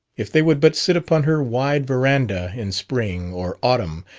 if they would but sit upon her wide veranda in spring or autumn,